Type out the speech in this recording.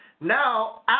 now